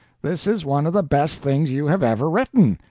this is one of the best things you have ever written.